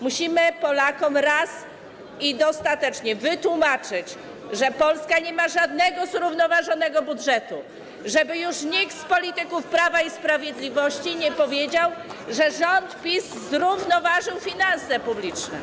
Musimy Polakom dokładnie wytłumaczyć, że Polska nie ma żadnego zrównoważonego budżetu, żeby nikt z polityków Prawa i Sprawiedliwości nie mówił, że rząd PiS zrównoważył finanse publiczne.